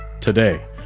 today